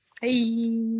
Hey